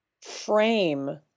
frame